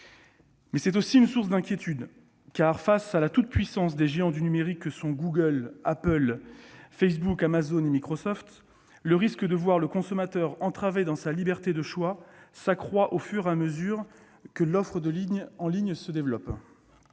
Mais c'est aussi une source d'inquiétudes, car, face à la toute-puissance des géants du numérique que sont Google, Apple, Facebook, Amazon et Microsoft, le risque de voir le consommateur entravé dans sa liberté de choix s'accroît au fur et à mesure que l'offre en ligne se développe.